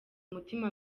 mutima